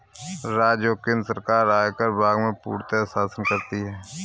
राज्य और केन्द्र सरकार आयकर विभाग में पूर्णतयः शासन करती हैं